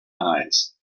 eyes